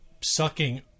sucking